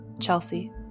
Chelsea